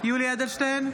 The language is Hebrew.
יולי יואל אדלשטיין,